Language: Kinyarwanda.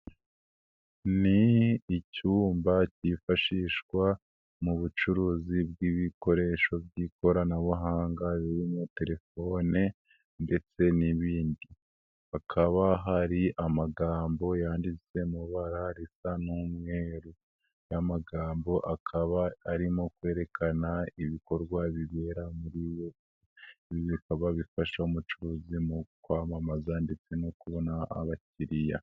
Ni icyumba cyifashishwa mu bucuruzi bw'ibikoresho by'ikoranabuhanga birimo telefone ndetse n'ibindi. Hakaba hari amagambo yanditse mu ibara risa n'umweru .Aya magambo akaba arimo kwerekana ibikorwa bibera muri iyo nzu. Ibi bikaba bifasha umucuruzi mu kwamamaza ndetse no kubona abakiriya.